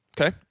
Okay